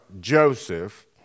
Joseph